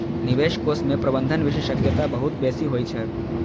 निवेश कोष मे प्रबंधन विशेषज्ञता बहुत बेसी होइ छै